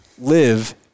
live